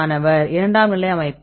மாணவர் இரண்டாம் நிலை அமைப்பு